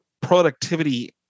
productivity